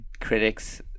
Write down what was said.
critics